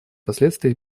последствия